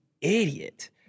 idiot